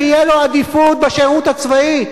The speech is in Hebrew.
שתהיה לו עדיפות בשירות הציבורי,